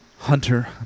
Hunter